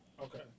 Okay